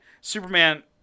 superman